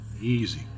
Easy